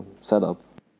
setup